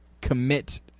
commit